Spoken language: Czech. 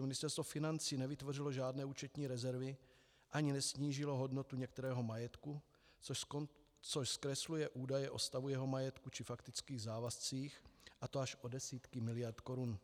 Ministerstvo financí nevytvořilo žádné účetní rezervy ani nesnížilo hodnotu některého majetku, což zkresluje údaje o stavu jeho majetku či faktických závazcích, a to až o desítky miliard korun.